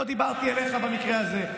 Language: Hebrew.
לא דיברתי אליך במקרה הזה,